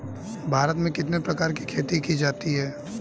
भारत में कितने प्रकार की खेती की जाती हैं?